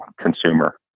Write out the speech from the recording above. consumer